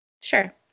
Sure